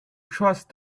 trust